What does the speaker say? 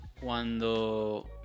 Cuando